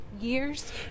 years